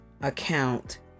account